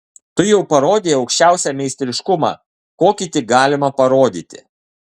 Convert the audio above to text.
tu jau parodei aukščiausią meistriškumą kokį tik galima parodyti